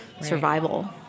survival